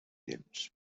temps